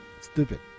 stupid